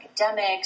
academics